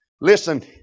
listen